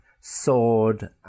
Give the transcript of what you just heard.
Sword